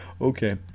okay